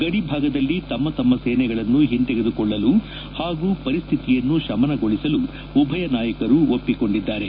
ಗಡಿ ಭಾಗದಲ್ಲಿ ತಮ್ಮ ತಮ್ಮ ಸೇನೆಗಳನ್ನು ಹಿಂತೆಗೆದುಕೊಳ್ಳಲು ಹಾಗೂ ಪರಿಸ್ತಿತಿಯನ್ನು ತಮನಗೊಳಿಸಲು ಉಭಯ ನಾಯಕರು ಒಪ್ಪಿಕೊಂಡಿದ್ದಾರೆ